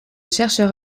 chercheurs